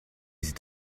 sieht